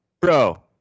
bro